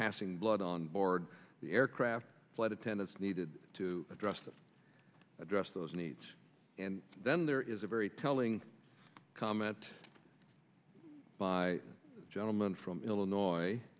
passing blood on board the aircraft flight attendants needed to address the address those needs and then there is a very telling comment by a gentleman from illinois